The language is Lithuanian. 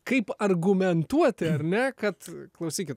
kaip argumentuoti ar ne kad klausykit